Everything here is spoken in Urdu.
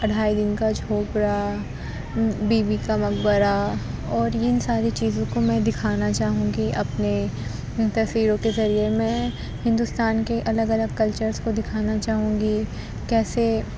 اڈھائی دن کا جھونپڑا بی بی کا مقبرہ اور ان ساری چیزوں کو میں دکھانا چاہوں گی اپنے ان تصویروں کے ذریعہ میں ہندوستان کے الگ الگ کلچرس کو دکھانا چاہوں گی کیسے